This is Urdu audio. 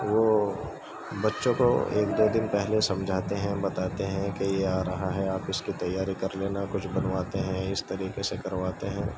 وہ بچوں کو ایک دو دن پہلے سمجھاتے ہیں بتاتے ہیں کہ یہ آ رہا ہے آپ اس کی تیاری کر لینا کچھ بنواتے ہیں اس طریقے سے کرواتے ہیں